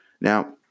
Now